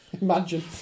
Imagine